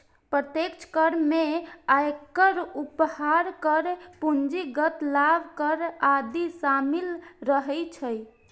प्रत्यक्ष कर मे आयकर, उपहार कर, पूंजीगत लाभ कर आदि शामिल रहै छै